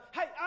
Hey